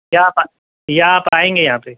یا آپ یا آپ آئیں گے یہاں پہ